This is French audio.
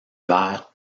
vert